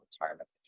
retirement